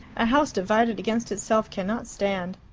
a house divided against itself cannot stand.